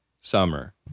summer